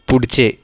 पुढचे